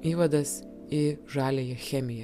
įvadas į žaliąją chemiją